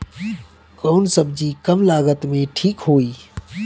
कौन सबजी कम लागत मे ठिक होई?